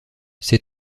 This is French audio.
ses